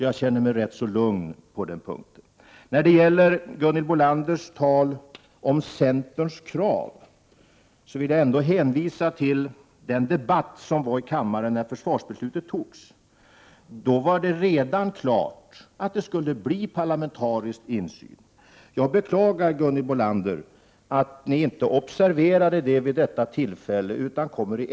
Jag känner mig alltså rätt så lugn på den punkten. När det gäller Gunhild Bolanders tal om centerns krav vill jag hänvisa till den debatt som fördes i kammaren när försvarsbeslutet fattades. Redan då var det klart att det skulle bli parlamentarisk insyn. Jag beklagar, Gunhild Bolander, att ni inte observerade det vid detta tillfälle utan nu i efterhand Prot.